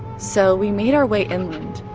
so we made our way inland.